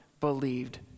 believed